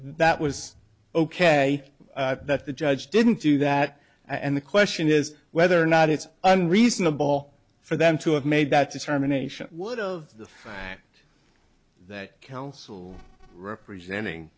that was ok that the judge didn't do that and the question is whether or not it's reasonable for them to have made that determination what of the fact that counsel representing